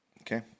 Okay